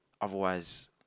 otherwise